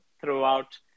throughout